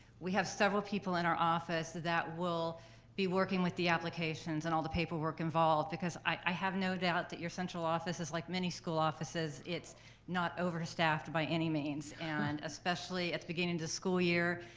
we have several people in our office that that will be working with the applications and all the paperwork involved because i have no doubt that your central office is like many school offices. it's not overstaffed by any means, and especially at the beginning the school year,